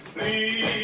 the